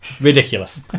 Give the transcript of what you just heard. Ridiculous